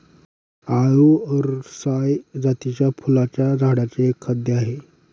आळु अरसाय जातीच्या फुलांच्या झाडांचे एक खाद्य आहे